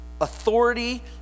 authority